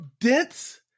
dense